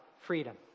freedom